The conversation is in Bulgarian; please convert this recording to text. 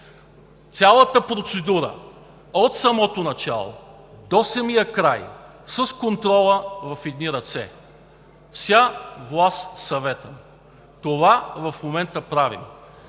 Цялата процедура, от самото начало до самия край, с контрола – в едни ръце: вся власт Советам. Това правим